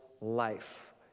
life